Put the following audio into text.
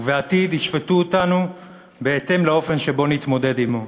ובעתיד ישפטו אותנו בהתאם לאופן שבו נתמודד עמו.